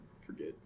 forget